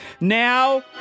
now